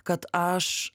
kad aš